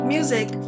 Music